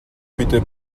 bitte